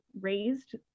raised